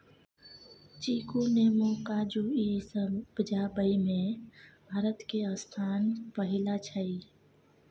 चीकू, नेमो, काजू ई सब उपजाबइ में भारत के स्थान पहिला छइ